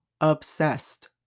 obsessed